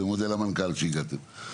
ומודה למנכ"ל שהגעת.